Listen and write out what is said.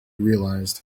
realized